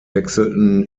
wechselten